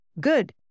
Good